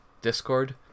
Discord